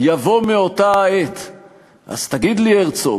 יבוא "מאותה העת"./ אז תגיד לי, הרצוג,